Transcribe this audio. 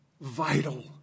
Vital